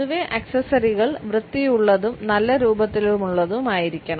പൊതുവേ ആക്സസറികൾ വൃത്തിയുള്ളതും നല്ല രൂപത്തിലുള്ളതുമായിരിക്കണം